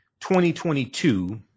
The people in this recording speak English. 2022